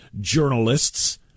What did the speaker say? journalists